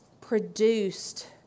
produced